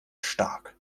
stark